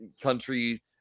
country